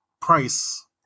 price